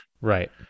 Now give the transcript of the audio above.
Right